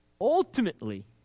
ultimately